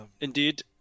Indeed